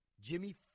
Jimmy